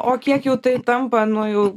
o kiek jau tai tampa nuo jau